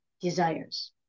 desires